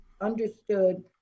understood